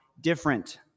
different